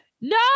no